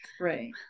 Right